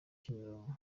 kimironko